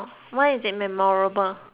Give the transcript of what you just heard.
why is it memorable